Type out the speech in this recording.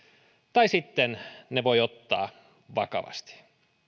tai sitten ne voi ottaa vakavasti